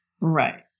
right